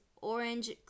orange